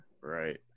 Right